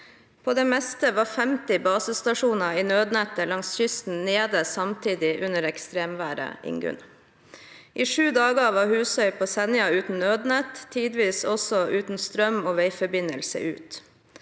På det meste var 50 basestasjoner i nødnettet langs kysten nede samtidig under ekstremværet Ingunn. I sju dager var Husøy på Senja uten nødnett, tidvis også uten strøm og veiforbindelse ut.